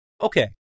Okay